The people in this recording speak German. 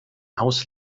haus